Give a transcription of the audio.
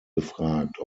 gefragt